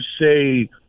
say